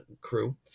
crew